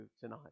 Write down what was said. tonight